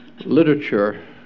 literature